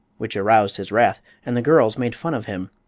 which aroused his wrath, and the girls made fun of him,